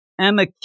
Emma